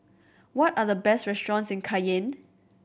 what are the best restaurants in Cayenne